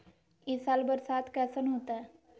ई साल बरसात कैसन होतय?